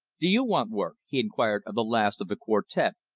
do you want work he inquired of the last of the quartette,